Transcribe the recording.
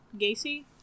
Gacy